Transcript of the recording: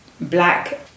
black